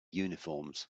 uniforms